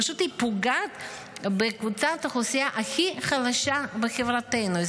פשוט היא פוגעת בקבוצת האוכלוסייה הכי חלשה בחברתנו.